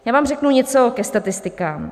Já vám řeknu něco ke statistikám.